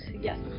yes